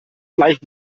gleich